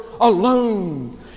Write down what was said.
alone